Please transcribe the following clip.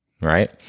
right